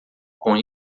com